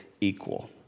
equal